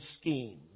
scheme